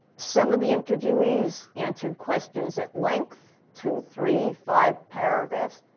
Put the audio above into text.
some of the interviewees answered questions at length, two, three, five paragraphs.